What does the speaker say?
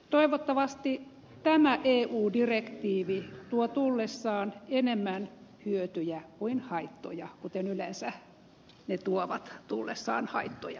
toivottavasti tämä eu direktiivi tuo tullessaan enemmän hyötyjä kuin haittoja kun yleensä ne tuovat tulleessaan haittoja paljon